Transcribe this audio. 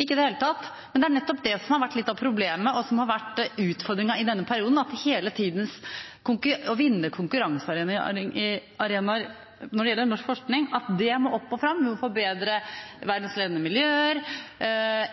ikke i det hele tatt. Det er nettopp det som har vært litt av problemet, og som har vært utfordringen i denne perioden, at hele tida må det opp og fram det å vinne konkurransearenaer når det gjelder norsk forskning, få bedre verdensledende miljøer,